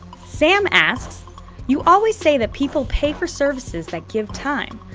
sam asks you always say that people pay for services that give time.